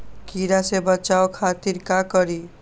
कीरा से बचाओ खातिर का करी?